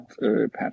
Patrick